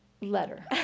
Letter